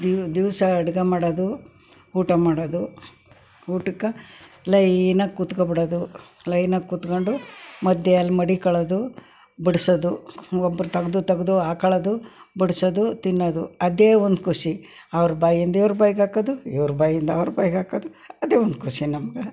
ದಿನ ದಿವಸ ಅಡುಗೆ ಮಾಡೋದು ಊಟ ಮಾಡೋದು ಊಟಕ್ಕೆ ಲೈನಾಗೆ ಕೂತ್ಕೊಂಡ್ಬಿಡೋದು ಲೈನಾಗೆ ಕೂತ್ಕೊಂಡು ಮಧ್ಯೆ ಅಲ್ಲಿ ಮಡಿಕೊಳ್ಳೋದು ಬಡಿಸೋದು ಒಬ್ಬರು ತೆಗ್ದು ತೆಗ್ದು ಹಾಕೊಳ್ಳೋದು ಬಡಿಸೋದು ತಿನ್ನೋದು ಅದೇ ಒಂದು ಖುಷಿ ಅವ್ರ ಬಾಯಿಯಿಂದ ಇವ್ರ ಬಾಯಿಗೆ ಹಾಕೋದು ಇವ್ರ ಬಾಯಿಂದ ಅವ್ರ ಬಾಯಿಗೆ ಹಾಕೋದು ಅದೇ ಒಂದು ಖುಷಿ ನಮ್ಗೆ